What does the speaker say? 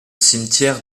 cimetière